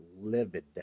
livid